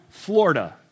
Florida